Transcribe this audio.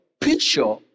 picture